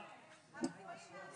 סיימתי שנתיים שירות.